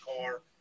car